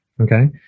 Okay